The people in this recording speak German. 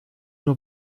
nur